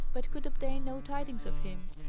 but could obtain no tidings of him.